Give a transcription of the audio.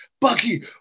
Bucky